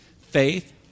faith